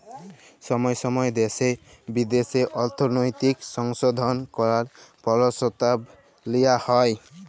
ছময় ছময় দ্যাশে বিদ্যাশে অর্থলৈতিক সংশধল ক্যরার পরসতাব লিয়া হ্যয়